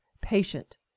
patient